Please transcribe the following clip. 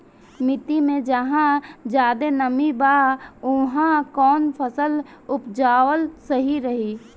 मिट्टी मे जहा जादे नमी बा उहवा कौन फसल उपजावल सही रही?